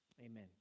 amen